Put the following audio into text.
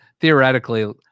theoretically